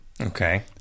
Okay